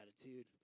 attitude